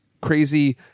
crazy